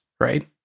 right